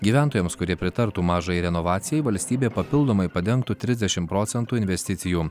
gyventojams kurie pritartų mažajai renovacijai valstybė papildomai padengtų trisdešim procentų investicijų